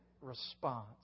response